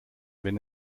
wenn